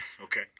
Okay